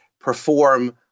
perform